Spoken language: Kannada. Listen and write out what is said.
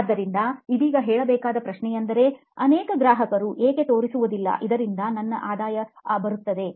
ಆದ್ದರಿಂದ ಇದೀಗ ಕೇಳಬೇಕಾದ ಪ್ರಶ್ನೆಯೆಂದರೆ ಅನೇಕ ಗ್ರಾಹಕರು ಏಕೆ ತೋರಿಸುವುದಿಲ್ಲ ಇದರಿಂದಾಗಿ ನನ್ನ ಹೆಚ್ಚಿನ ಆದಾಯ ಬರುತ್ತದೆ